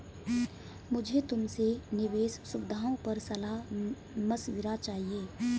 मुझे तुमसे निवेश सुविधाओं पर सलाह मशविरा चाहिए